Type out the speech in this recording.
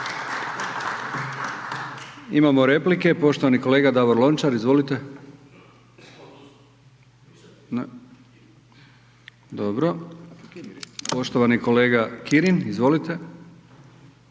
Imamo replike, poštovani kolega Davor Lončar. Izvolite. Dobro. Poštovani kolega Kirin, izvolite.